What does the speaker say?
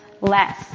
less